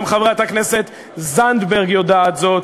גם חברת הכנסת זנדברג יודעת זאת,